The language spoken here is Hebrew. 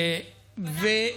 בדקנו.